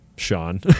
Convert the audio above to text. Sean